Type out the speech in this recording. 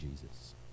Jesus